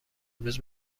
امروز